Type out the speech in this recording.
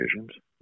decisions